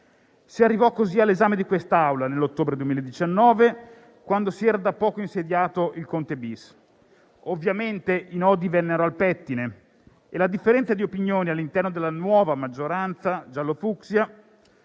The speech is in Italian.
Si arrivò così all'esame in quest'Aula nell'ottobre 2019, quando si era da poco insediato il Governo Conte-*bis.* Ovviamente i nodi vennero al pettine e la differenza di opinioni all'interno della nuova maggioranza giallo-fucsia